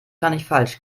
wahrscheinlich